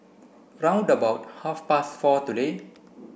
round about half past four today